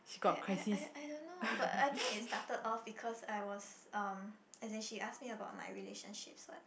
I I I I don't know but I think it started off because I was um as in she ask me about my relationships what